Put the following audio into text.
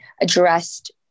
addressed